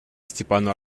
степану